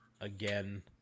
again